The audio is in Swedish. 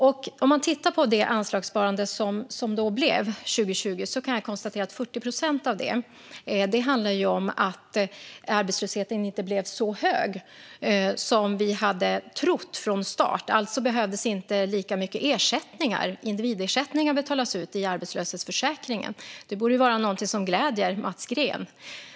Om man tittar på det anslagssparande som gjordes 2020 kan jag konstatera att 40 procent av det handlar om att arbetslösheten inte blev så hög som vi hade trott. Alltså behövdes inte lika mycket individersättningar betalas ut i arbetslöshetsförsäkringen, vilket borde vara någonting som gläder Mats Green.